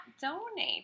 donate